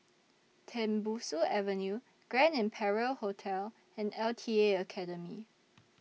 Tembusu Avenue Grand Imperial Hotel and L T A Academy